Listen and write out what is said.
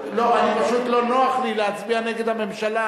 פשוט לא נוח לי להצביע נגד הממשלה,